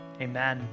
Amen